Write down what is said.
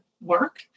work